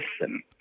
listen